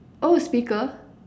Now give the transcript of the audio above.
oh speaker